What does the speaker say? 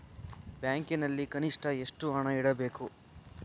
ಬ್ಯಾಂಕಿನಲ್ಲಿ ಕನಿಷ್ಟ ಎಷ್ಟು ಹಣ ಇಡಬೇಕು?